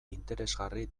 interesgarri